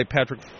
Patrick